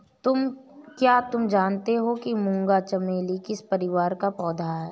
क्या तुम जानते हो कि मूंगा चमेली किस परिवार का पौधा है?